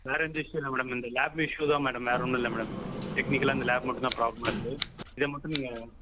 வேறு எந்த இஸ்யூஸும் இல்லை மேடம் அந்த லேப் இஸ்ஸு தான் மேடம் வேறு ஒன்னும் இல்லை மேடம் டெக்கினிக்கலாக அந்த லேப் மட்டுந்தான் ப்ராப்ளமாக இருக்குது இதை மட்டும் நீங்கள்